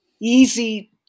Easy